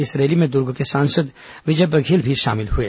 इस रैली में दुर्ग सांसद विजय बघेल भी शामिल हुए